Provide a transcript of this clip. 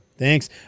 thanks